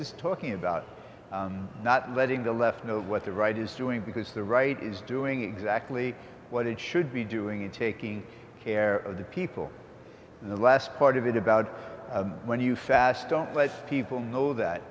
is talking about not letting the left know what the right is doing because the right is doing exactly what it should be doing in taking care of the people in the last part of it about when you fast don't let people know that